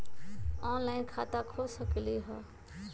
Online खाता खोल सकलीह?